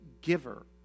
giver